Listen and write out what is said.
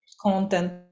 content